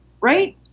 right